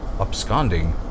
absconding